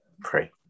pray